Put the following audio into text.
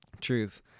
Truth